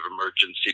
emergency